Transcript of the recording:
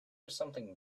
something